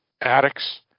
addicts